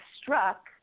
struck